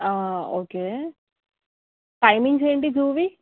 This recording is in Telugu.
ఓకే టైమింగ్స్ ఏంటి జూవి